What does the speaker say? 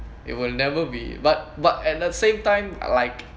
it will never be but but at the same time like